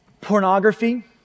pornography